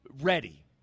ready